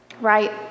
right